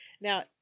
Now